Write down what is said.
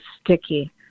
sticky